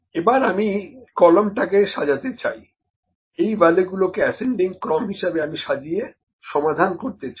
এবার আমি column B টাকে সাজাতে চাই এই ভ্যালুগুলোকে অ্যাসেন্ডিং ক্রম হিসেবে আমি সাজিয়ে সমাধান করতে চাই